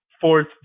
fourth